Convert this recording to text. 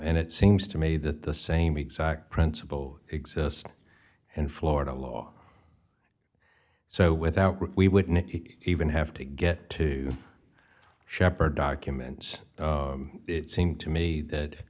and it seems to me that the same exact principle exist in florida law so without proof we wouldn't even have to get to sheppard documents it seemed to me that